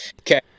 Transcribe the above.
Okay